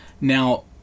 now